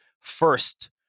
first